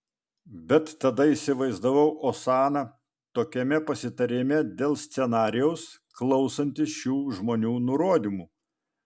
bet tada įsivaizdavau osaną tokiame pasitarime dėl scenarijaus klausantį šių žmonių nurodymų